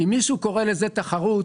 אם מישהו קורא לזה תחרות,